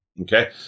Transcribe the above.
okay